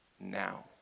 now